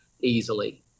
easily